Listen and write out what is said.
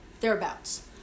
thereabouts